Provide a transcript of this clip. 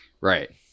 Right